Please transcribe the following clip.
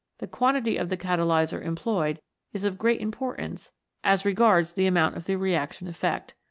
the quantity of the catalyser employed is of great importance as regards the amount of the reaction effect.